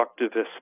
constructivist